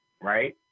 right